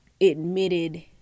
admitted